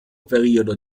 periodo